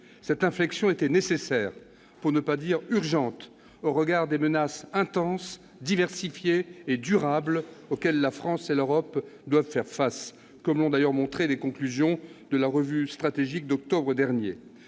Cette inflexion était nécessaire, pour ne pas dire urgente, au regard des menaces intenses, diversifiées et durables auxquelles la France et l'Europe doivent faire face, comme l'ont montré les conclusions de la revue stratégique d'octobre dernier.